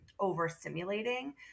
overstimulating